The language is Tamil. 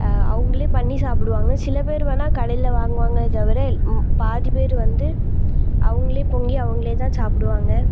அவங்களே பண்ணி சாப்பிடுவாங்க சில பேர் வேணால் கடையில் வாங்குவாங்களே தவிர எல் பாதி பேர் வந்து அவங்களே பொங்கி அவங்களே தான் சாப்பிடுவாங்க